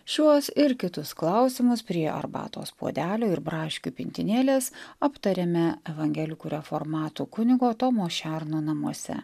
šiuos ir kitus klausimus prie arbatos puodelio ir braškių pintinėlės aptarėme evangelikų reformatų kunigo tomo šerno namuose